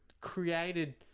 created